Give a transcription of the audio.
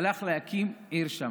הלך להקים שם עיר.